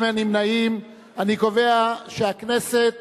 ההצעה